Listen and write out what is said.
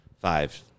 five